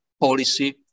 policy